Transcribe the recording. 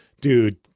dude